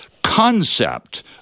concept